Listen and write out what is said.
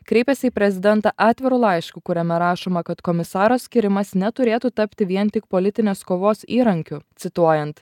kreipėsi į prezidentą atviru laišku kuriame rašoma kad komisaro skyrimas neturėtų tapti vien tik politinės kovos įrankiu cituojant